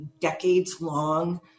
decades-long